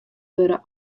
wurde